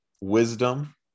wisdom